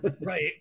Right